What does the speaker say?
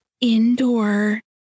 indoor